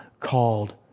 called